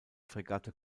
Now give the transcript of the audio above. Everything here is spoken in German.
fregatte